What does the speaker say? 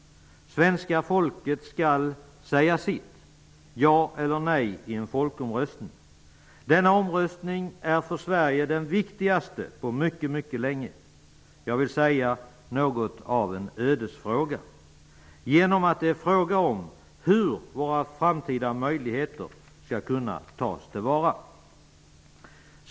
Svenska folket skall säga sitt, ja eller nej, i en folkomröstning. Denna omröstning är för Sverige den viktigaste på mycket mycket länge -- ja, skulle jag vilja säga, något av en ödesfråga genom att det är fråga om hur våra framtida möjligheter skall kunna tas till vara.